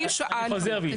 אני שאלתי.